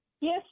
Yes